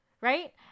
Right